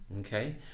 okay